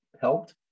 helped